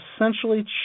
essentially